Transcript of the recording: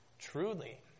Truly